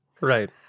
Right